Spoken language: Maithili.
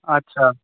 अच्छा